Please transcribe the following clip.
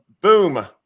boom